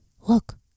look